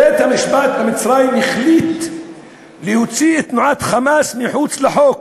בית-המשפט במצרים החליט להוציא את תנועת "חמאס" מחוץ לחוק.